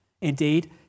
Indeed